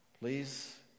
Please